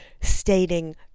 stating